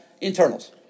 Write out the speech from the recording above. internals